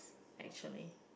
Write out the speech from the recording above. actually